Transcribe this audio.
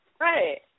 Right